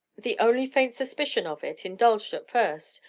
the only faint suspicion of it, indulged at first,